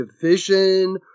division